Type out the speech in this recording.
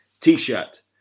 t-shirt